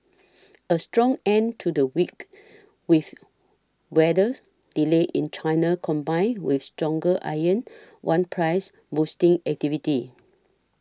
a strong end to the week with weather delays in China combined with stronger iron one prices boosting activity